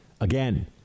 again